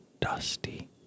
dusty